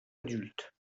adultes